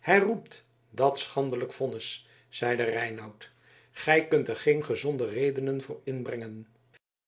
herroept dat schandelijk vonnis zeide reinout gij kunt er geen gezonde redenen voor inbrengen